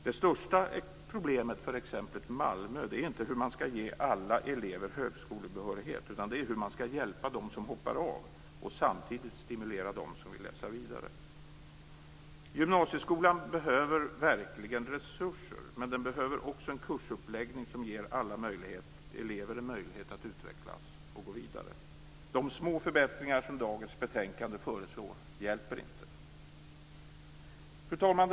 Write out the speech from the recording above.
Det största problemet för Malmö är inte hur man skall ge alla elever högskolebehörighet utan det är hur man skall hjälpa dem som hoppar av och samtidigt stimulera dem som vill läsa vidare. Gymnasieskolan behöver verkligen resurser. Men den behöver också en kursuppläggning som ger alla elever en möjlighet att utvecklas och gå vidare. De små förbättringar som föreslås i dagens betänkande hjälper inte. Fru talman!